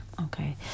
Okay